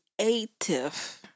creative